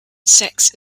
sex